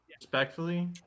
Respectfully